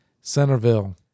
Centerville